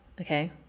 okay